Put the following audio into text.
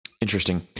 Interesting